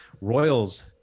Royals